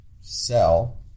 sell